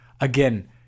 again